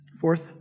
Fourth